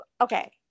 okay